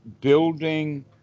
building